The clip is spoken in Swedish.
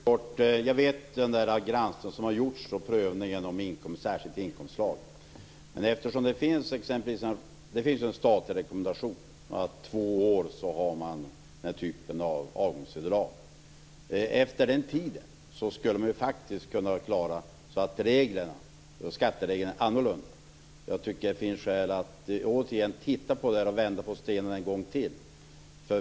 Fru talman! Jag känner till den prövning som gjorts om ett särskilt inkomstslag. Men eftersom det finns en statlig rekommendation om att man har den här typen av avgångsvederlag i två år, borde man faktiskt efter den tiden kunna ha annorlunda skatteregler. Jag tycker att det finns skäl att återigen titta på detta och vända stenen en gång till.